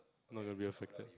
no you are real faked